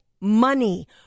money